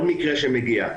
כל מקרה שמגיע,